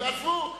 עזבו,